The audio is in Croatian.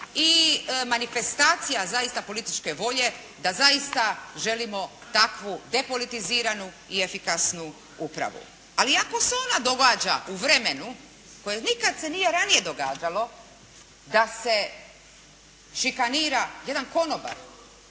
i manifestacija zaista političke volje, da zaista želimo takvu depolitiziranu i efikasnu upravu. Ali ako se ona događa u vremenu u kojem se nikad ranije nije događalo da se šikanira jedan konobar,